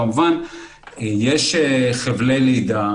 כמובן יש חבלי לידה,